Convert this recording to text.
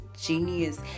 genius